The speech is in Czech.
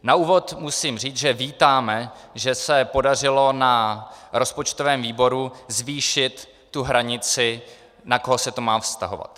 Na úvod musím říct, že vítáme, že se podařilo na rozpočtovém výboru zvýšit tu hranici, na koho se to má vztahovat.